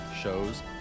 shows